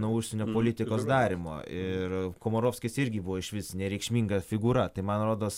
nuo užsienio politikos darymo ir komorovskis irgi buvo išvis nereikšminga figūra tai man rodos